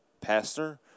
pastor